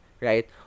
right